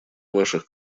ваших